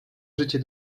życie